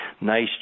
nice